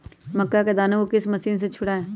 मक्का के दानो को किस मशीन से छुड़ाए?